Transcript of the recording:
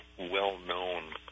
well-known